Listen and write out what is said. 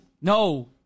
No